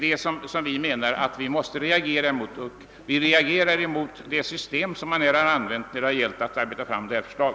Det måste vi invända mot. Vi reagerar därför mot det system man har använt när det gällt att arbeta fram detta förslag.